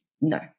No